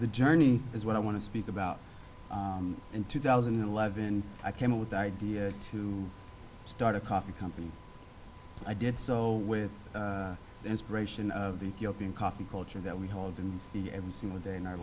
the journey is what i want to speak about in two thousand and eleven i came up with the idea to start a coffee company i did so with the inspiration of the european coffee culture that we hold and every single day in our